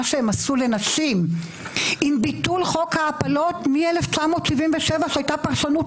שהם עשו לנשים עם ביטול חוק ההפלות מ-1977 עת הייתה פרשנות